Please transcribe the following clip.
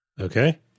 Okay